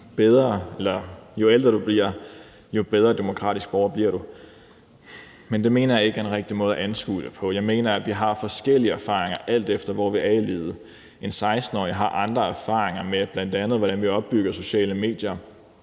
jo ældre du bliver, jo bedre en demokratisk borger bliver du. Men det mener jeg ikke er en rigtig måde at anskue det på. Jeg mener, at vi har forskellige erfaringer, alt efter hvor vi er i livet. En 16-årig har andre erfaringer med, bl.a. hvordan vi opbygger sociale medier